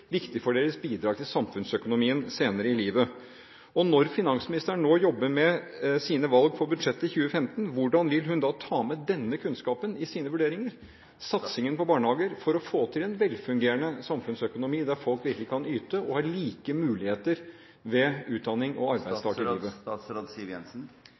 viktig for deres bidrag til samfunnsøkonomien senere i livet. Når finansministeren nå jobber med sine valg for budsjettet i 2015, hvordan vil hun ta denne kunnskapen med i sine vurderinger? Satsingen på barnehager er viktig for å få til en velfungerende samfunnsøkonomi, der folk virkelig kan yte og har like muligheter til utdanning og